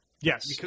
Yes